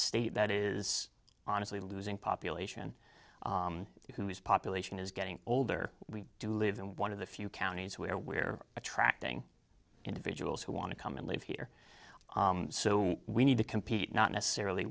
state that is honestly losing population whose population is getting older we do live in one of the few counties where we're attracting individuals who want to come and live here so we need to compete not necessarily